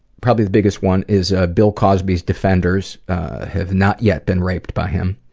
probably the biggest one is ah bill cosby's defenders have not yet been raped by him.